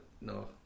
no